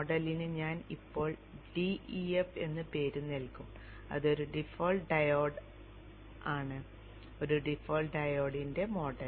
മോഡലിന് ഞാൻ ഇപ്പോൾ def എന്നൊരു പേര് നൽകും ഇതൊരു ഡിഫോൾട്ട് ഡയോഡാണ് ഒരു ഡിഫോൾട്ട് ഡയോഡിന്റെ മോഡൽ